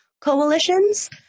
coalitions